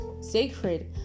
sacred